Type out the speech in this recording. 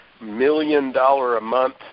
million-dollar-a-month